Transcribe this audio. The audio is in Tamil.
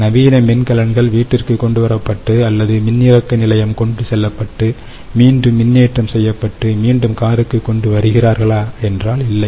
நவீன மின்கலன்கள் வீட்டிற்கு கொண்டு வரப்பட்டு அல்லது மின்னிறக்க நிலையம் கொண்டு செல்லப்பட்டு மீண்டும் மின்னேற்றம் செய்யப்பட்டு மீண்டும் காருக்கு கொண்டு வருகிறார்களா என்றால் இல்லை